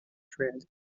thread